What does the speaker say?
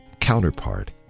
counterpart